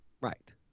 Right